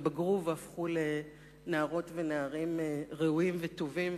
ובגרו והפכו לנערות ולנערים ראויים וטובים,